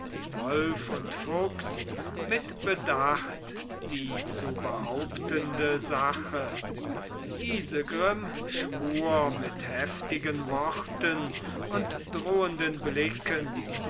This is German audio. wolf und fuchs mit bedacht die zu behauptende sache isegrim schwur mit heftigen worten und drohenden blicken